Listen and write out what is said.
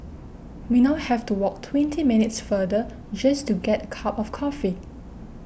we now have to walk twenty minutes further just to get cup of coffee